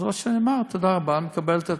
אז רוטשטיין אמר: תודה רבה, אני מקבל את ההתפטרות,